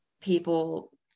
people